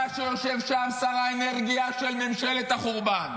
אתה, שיושב שם, שר האנרגיה של ממשלת החורבן.